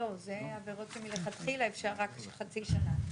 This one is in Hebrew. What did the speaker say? אלה עבירות שמלכתחילה אפשר רק לחצי שנה.